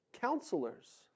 counselors